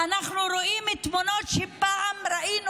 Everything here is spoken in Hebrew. אנחנו רואים תמונות שפעם ראינו